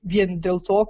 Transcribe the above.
vien dėl to